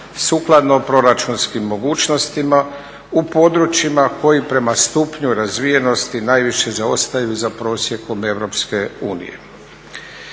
sukladno proračunskim mogućnostima u područjima koji prema stupnju razvijenosti najviše zaostaju za prosjekom EU.